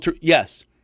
Yes